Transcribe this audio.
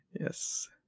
Yes